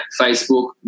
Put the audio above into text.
Facebook